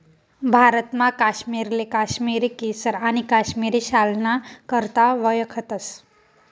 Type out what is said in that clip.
भारतमा काश्मीरले काश्मिरी केसर आणि काश्मिरी शालना करता वयखतस